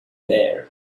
there